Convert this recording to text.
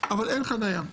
אבל אין חניה.